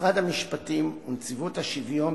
משרד המשפטים ונציבות השוויון,